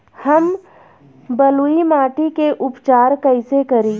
हम बलुइ माटी के उपचार कईसे करि?